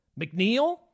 McNeil